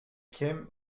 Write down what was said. came